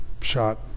shot